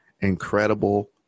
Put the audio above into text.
incredible